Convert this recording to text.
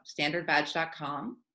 standardbadge.com